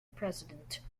president